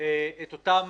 את אותן